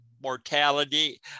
mortality